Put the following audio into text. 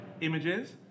images